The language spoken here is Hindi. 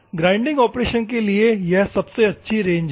ग्राइंडिंग ऑपरेशन के लिए यह सबसे अच्छी रेंज है